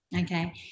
okay